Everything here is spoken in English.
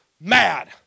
mad